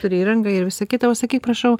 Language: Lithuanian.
turi įrangą ir visa kita o sakyk prašau